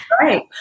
Right